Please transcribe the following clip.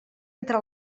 entre